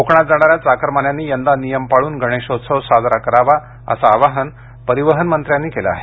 कोकणात जाणाऱ्या चाकरमान्यांनी यंदा नियम पाळून गणेशोत्सव साजरा करावा असं आवाहन परिवहन मंत्र्यांनी केलं आहे